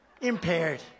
impaired